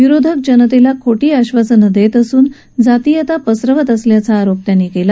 विरोधक जनतेला खोटी आश्वासनं देत असून जातीयता पसरवत असल्याचा आरोप त्यांनी केला